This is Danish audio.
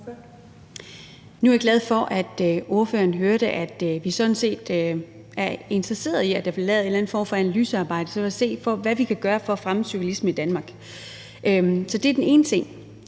Nu er jeg glad for, at ordføreren hørte, at vi sådan set er interesserede i, at der bliver lavet en eller anden form for analysearbejde for at se på, hvad vi kan gøre for at fremme cyklisme i Danmark. Det er den ene ting.